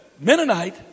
Mennonite